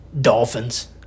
Dolphins